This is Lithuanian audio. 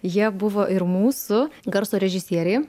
jie buvo ir mūsų garso režisieriai